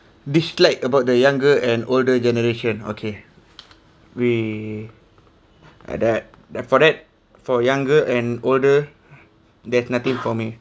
dislike about the younger and older generation okay we uh that for that for younger and older there's nothing for me